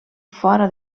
fora